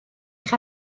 eich